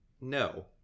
No